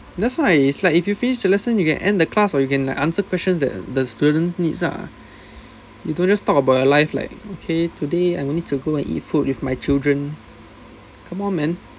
that's why it's like if you finish your lesson you can end the class [what] or you can answer questions that the students needs lah you don't just talk about your life like okay today I need to go and eat food with my children come on man